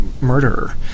murderer